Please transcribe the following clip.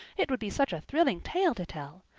it would be such a thrilling tale to tell.